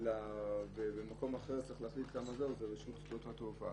ובמקום אחר זה רשות שדות התעופה